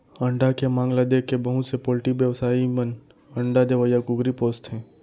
अंडा के मांग ल देखके बहुत से पोल्टी बेवसायी मन अंडा देवइया कुकरी पोसथें